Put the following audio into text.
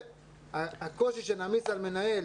הקושי שנמיט על מנהל